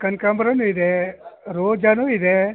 ಕನಕಂಬ್ರನೂ ಇದೆ ರೋಜನೂ ಇದೆ